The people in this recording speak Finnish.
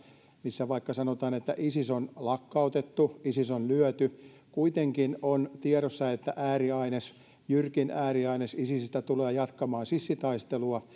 missä vaikka sanotaan että isis on lakkautettu isis on lyöty kuitenkin on tiedossa että jyrkin ääriaines isisistä tulee jatkamaan sissitaistelua